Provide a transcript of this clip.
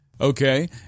Okay